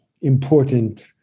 important